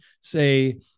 say